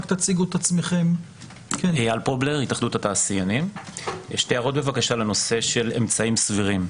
שתי הערות לנושא של "אמצעים סבירים".